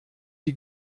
die